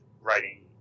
writing